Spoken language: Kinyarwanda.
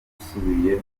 dusubiye